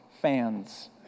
fans